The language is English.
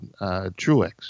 Truex